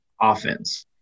offense